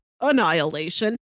annihilation